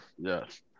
yes